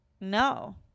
no